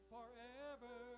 Forever